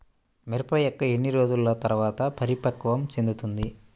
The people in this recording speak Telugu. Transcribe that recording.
మిరప మొక్క ఎన్ని రోజుల తర్వాత పరిపక్వం చెందుతుంది?